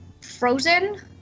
frozen